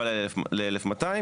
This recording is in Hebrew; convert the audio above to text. מוגבל ל-1,200,